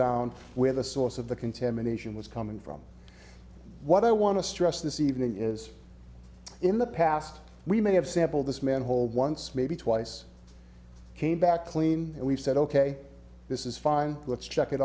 down where the source of the contamination was coming from what i want to stress this evening is in the past we may have sampled this manhole once maybe twice came back clean and we said ok this is fine let's check it